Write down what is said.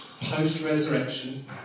post-resurrection